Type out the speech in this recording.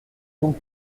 donc